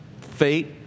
fate